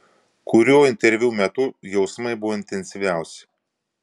kuriuo interviu metu jausmai buvo intensyviausi